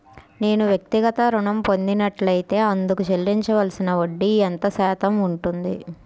నేను వ్యక్తిగత ఋణం పొందినట్లైతే అందుకు చెల్లించవలసిన వడ్డీ ఎంత శాతం ఉంటుంది?